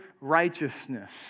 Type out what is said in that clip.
righteousness